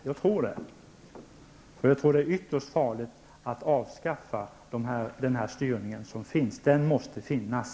Jag tror att det är ytterst farligt att avskaffa den styrning som nu finns. Den måste finnas.